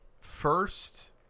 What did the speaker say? first